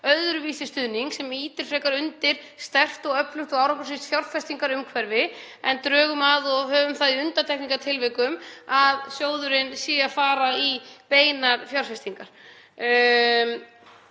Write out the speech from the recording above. öðruvísi stuðning sem ýtir frekar undir sterkt og öflugt og árangursríkt fjárfestingarumhverfi en drögum úr og höfum það í undantekningartilvikum að sjóðurinn sé að fara í beinar fjárfestingar.